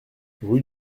rue